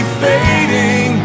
fading